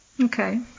Okay